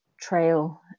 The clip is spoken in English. trail